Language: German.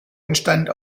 entstand